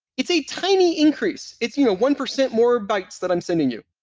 it's a tiny increase. it's you know one percent more bytes that i'm sending you.